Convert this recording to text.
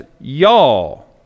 y'all